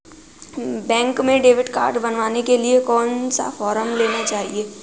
Bank में debit card बनवाने के लिए कौन सा फॉर्म लेना है?